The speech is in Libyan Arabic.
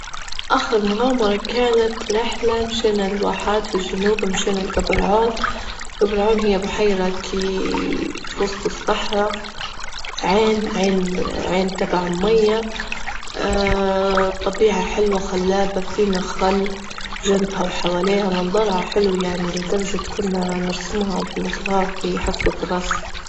أخر مغامرة كانت رحلة مشينا للواحات في الجنوب، مشينا لجبر عون، جبر عون هي بحيرة كي في وسط الصحراء، عين- عين- عين تبع مية طبيعة حلوة خلابة، فينا خل جنبها وحواليها، منظرها حلو يعني لدرجة كنا نرسمها وإحنا صغار في حصة الرسم.